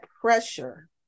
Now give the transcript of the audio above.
pressure